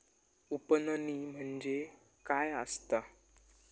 उफणणी म्हणजे काय असतां?